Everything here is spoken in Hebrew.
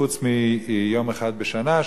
חוץ מיום אחד בשנה,